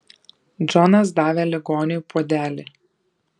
džonas davė ligoniui puodelį